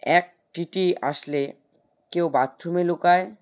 এক টি টি আসলে কেউ বাথরুমে লুকায়